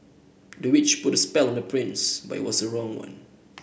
the witch put a spell on the prince but it was the wrong one